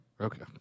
okay